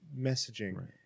messaging